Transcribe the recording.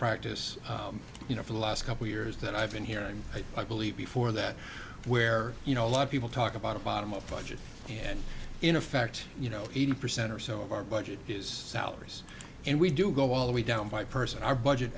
practice you know for the last couple years that i've been here and i believe before that where you know a lot of people talk about a bottom up budget and in effect you know eighty percent or so of our budget is salaries and we do go all the way down by person our budget